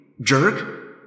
jerk